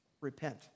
Repent